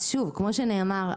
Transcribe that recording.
אז שוב: כמו שנאמר,